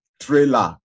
Trailer